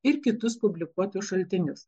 ir kitus publikuotus šaltinius